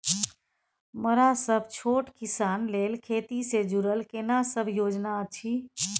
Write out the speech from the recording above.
मरा सब छोट किसान लेल खेती से जुरल केना सब योजना अछि?